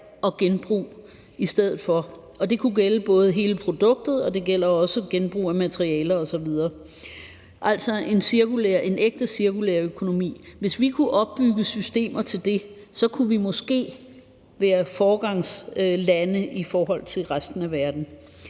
og genbrug i stedet for, og det kunne gælde både hele produktet og også genbrug af materialer osv., altså en ægte cirkulær økonomi. Hvis vi kunne opbygge systemer til det, kunne vi måske være foregangslande i forhold til resten af verden.